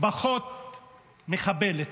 פחות מחבלת.